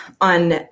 on